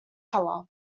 colour